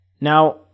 Now